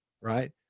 right